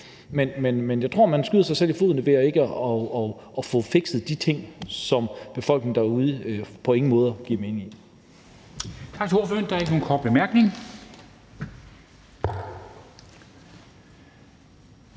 Men jeg tror, man skyder sig selv i foden ved ikke at få fikset de ting, som på ingen måde giver mening